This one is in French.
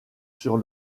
sur